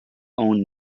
owned